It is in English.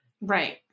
Right